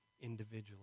individually